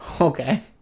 Okay